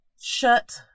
Shut